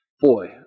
boy